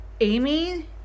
Amy